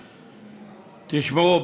תשמעו,